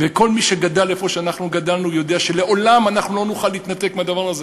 וכל מי שגדל איפה שאנחנו גדלנו יודע שלעולם לא נוכל להתנתק מהדבר הזה,